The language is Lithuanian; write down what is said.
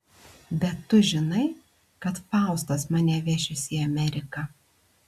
bet tu žinai kad faustas mane vešis į ameriką